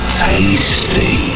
tasty